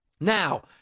Now